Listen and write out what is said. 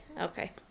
okay